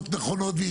בהתאם